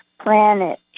planet